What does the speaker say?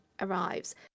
arrives